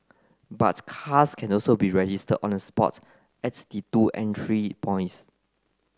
but cars can also be registered on the spot at the two entry points